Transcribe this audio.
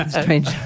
Strange